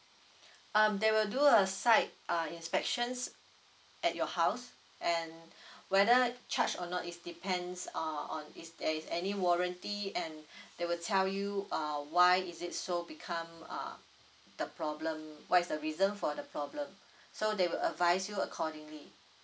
um they will do a site uh inspections at your house and whether charge or not is depends uh on is there is any warranty and they will tell you uh why is it so become uh the problem what is the reason for the problem so they will advise you accordingly